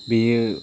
बेयो